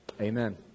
amen